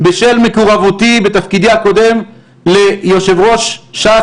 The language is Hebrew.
בשל הקרבה שלי בתפקידי הקודם ליושב ראש ש"ס,